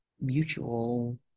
mutual